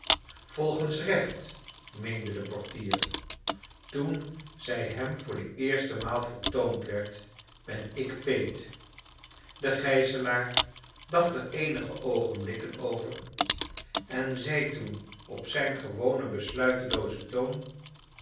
volgens leeht meende de portier toen zij hom voor de eerste maal vertoond word ben ik peet de gijzelaar dacht er eenigo oogenblikken over en zei toen op zijn gewonen besluiteloozen toon